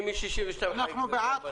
אנחנו בעד חוקים,